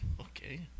Okay